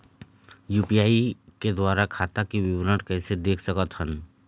UPI के द्वारा खाता के विवरण कैसे देख सकत हन?